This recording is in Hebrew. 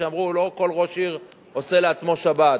שאמר: לא כל ראש עיר עושה לעצמו שבת.